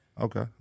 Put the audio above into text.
Okay